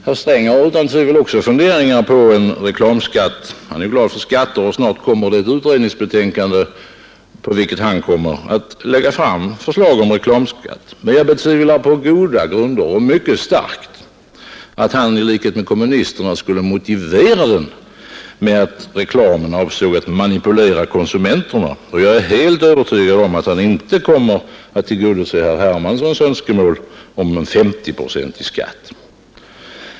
Herr Sträng har utan tvivel också funderingar på en reklamskatt — han är ju glad i skatter och snart kommer ett utredningsbetänkande på vilket han kommer att grunda ett förslag om en reklamskatt — men jag betvivlar på goda grunder och mycket starkt att han i likhet med kommunisterna skulle motivera den med att reklamen avser att manipulera konsumenterna. Och jag är helt övertygad om att han inte kommer att tillgodose herr Hermanssons önskemål om en 50-procentig skatt.